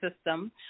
system